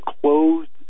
closed